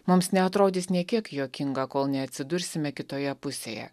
mums neatrodys nė kiek juokinga kol neatsidursime kitoje pusėje